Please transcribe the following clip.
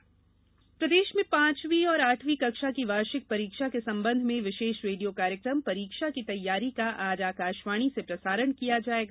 परीक्षा रेडिया कार्यक्रम प्रदेश में पांचवी और आठवीं कक्षा की वार्षिक परीक्षा के संबंध में विशेष रेडियो कार्यकम परीक्षा की तैयारी का आज आकाशवाणी से प्रसारण किया जाएगा